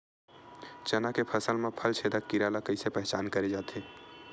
चना के फसल म फल छेदक कीरा ल कइसे पहचान करे जाथे?